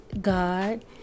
God